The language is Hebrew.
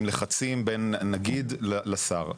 עם לחצים בין הנגיד לשר.